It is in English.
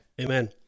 Amen